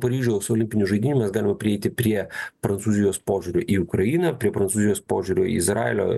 paryžiaus olimpinių žaidynių mes galime prieiti prie prancūzijos požiūrio į ukrainą prie prancūzijos požiūrio į izraelio